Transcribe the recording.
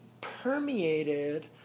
permeated